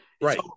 Right